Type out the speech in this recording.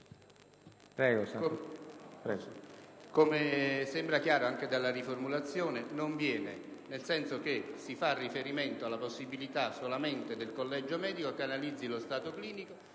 noi, signor Presidente.